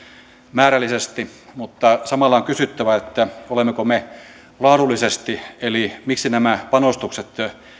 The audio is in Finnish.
määrällisesti mutta samalla on kysyttävä olemmeko me laadullisesti eli miksi nämä panostukset